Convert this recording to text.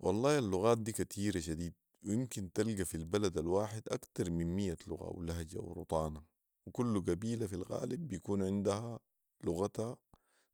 والله اللغات دي كتيرة شديد وامكن تلقى في البلد الواحد اكتر من ميه لغه و لهجه ورطانه وكل قبيله في الغالب بيكون عندها لغتها